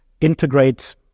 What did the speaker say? integrate